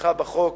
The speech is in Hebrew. לתמיכה בחוק.